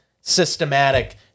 systematic